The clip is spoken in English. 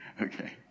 Okay